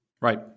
right